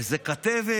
איזו כתבת,